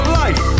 life